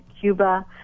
Cuba